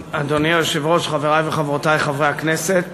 אדוני היושב-ראש, חברי וחברותי חברי הכנסת,